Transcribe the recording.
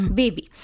baby